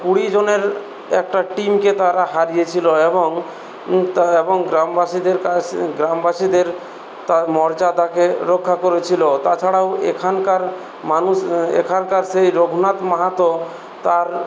কুড়ি জনের একটা টিমকে তাঁরা হারিয়েছিল এবং তা এবং গ্রামবাসীদের কাছে গ্রামবাসীদের তার মর্যাদাকে রক্ষা করেছিল তাছাড়াও এখানকার মানুষ এখানকার সেই রঘুনাথ মাহাতো তাঁর